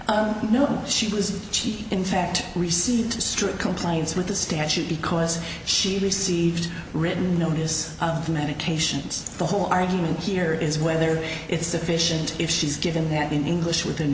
who she was she in fact received strict compliance with the statute because she received written notice of the medications the whole argument here is whether it's sufficient if she's given that in english with an